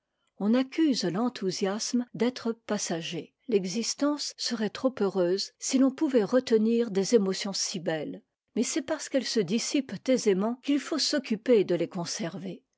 on accuse l'enthousiasme d'être passager l'existence serait trop heureuse si l'on pouvait retenir des émotions si belles mais c'est parce qu'elles se dissipent aisément qu'il faut s'occuper de les conserver